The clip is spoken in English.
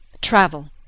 Travel